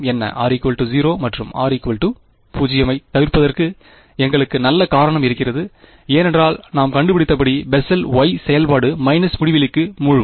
r 0 சரி r 0 ஐத் தவிர்ப்பதற்கு எங்களுக்கு நல்ல காரணம் இருக்கிறது ஏனென்றால் நாம் கண்டுபிடித்தபடி பெசல் y செயல்பாடு மைனஸ் முடிவிலிக்கு மூழ்கும்